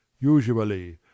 Usually